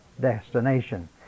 destination